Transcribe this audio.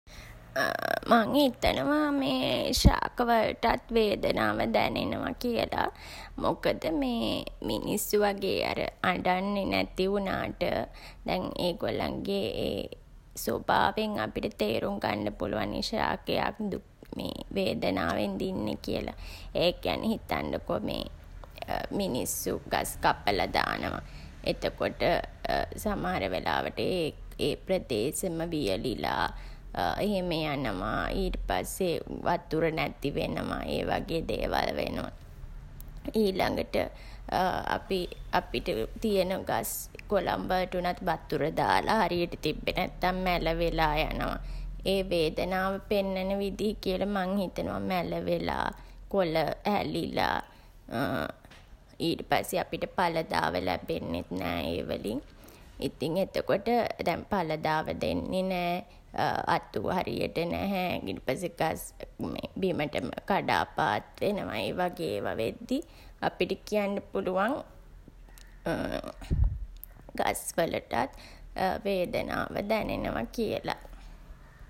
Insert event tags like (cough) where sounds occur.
(hesitation) මං හිතනවා මේ ශාක වලටත් වේදනාව දැනෙනවා කියලා. මොකද (hesitation) මිනිස්සු වගේ අර අඬන්නේ නැති වුණාට දැන් ඒගොල්ලන්ගේ ස්වභාවයෙන් අපිට තේරුම් ගන්ඩ පුළුවන් නේ ශාකයක් (hesitation) වේදනාවෙන්ද ඉන්නේ කියලා. ඒ කියන්නේ හිතන්ඩකො මේ (hesitation) මිනිස්සු ගස් කපලා දානවා. එතකොට (hesitation) සමහර වෙලාවට ඒ (hesitation) ප්‍රදේසෙම වියළිලා (hesitation) එහෙම යනවා. ඊට පස්සේ වතුර නැති වෙනවා. ඒ වගේ දේවල් වෙනවා. ඊළඟට (hesitation) අපි අපිට තියන ගස් කොළන් වලට වුණත් වතුර දාල හරියට තිබ්බේ නැත්තන් මැලවිලා යනවා. ඒ වේදනාව පෙන්නන විදි කියලා මං හිතනවා. මැල වෙලා, කොළ හැලිලා (hesitation) ඊට පස්සේ අපිට ඵලදාව ලැබෙන්නෙත් නෑ ඒ වලින්. ඉතින් එතකොට දැන් ඵලදාව දෙන්නේ නෑ. අතු හරියට නැහැ. ඊට පස්සේ ගස් බිමටම කඩා පාත් වෙනවා. ඒ වගේ ඒවා වෙද්දී අපිට කියන්න පුළුවන් (hesitation) ගස් වලටත් වේදනාව (hesitation) දැනෙනවා කියලා.